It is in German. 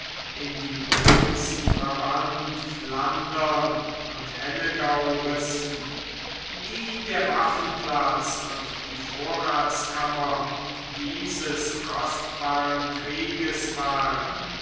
in die provinzen brabant flandern und hennegau rissen die der waffenplatz und die vorratskammer dieses kostbaren krieges waren